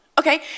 Okay